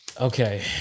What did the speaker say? Okay